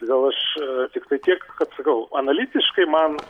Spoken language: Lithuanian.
gal aš tiktai tiek kad sakau analitiškai man